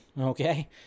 okay